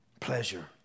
Pleasure